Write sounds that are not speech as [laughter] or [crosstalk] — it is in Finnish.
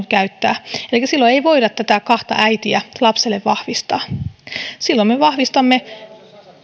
[unintelligible] käyttää elikkä silloin ei voida näitä kahta äitiä lapselle vahvistaa silloin me vahvistamme